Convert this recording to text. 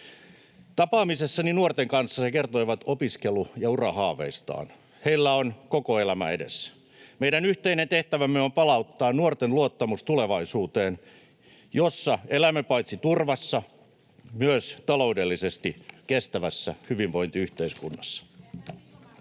Tapaamisessani nuorten kanssa he kertoivat opiskelu‑ ja urahaaveistaan. Heillä on koko elämä edessään. Meidän yhteinen tehtävämme on palauttaa nuorten luottamus tulevaisuuteen, jossa elämme paitsi turvassa myös taloudellisesti kestävässä hyvinvointiyhteiskunnassa.